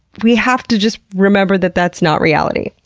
we have to just remember that that's not reality.